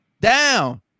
down